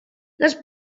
les